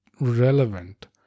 relevant